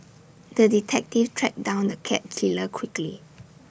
the detective tracked down the cat killer quickly